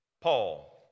Paul